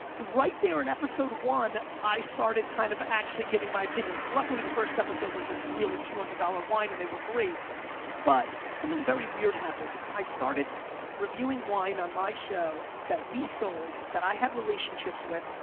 right there in episode one, i started kind of actually giving my opinions, luckily the first episode was this really two hundred dollars wine and they were great but something very weird happened, i started reviewing wine on my show that we sold that i had relationships with.